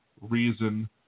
reason